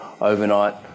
overnight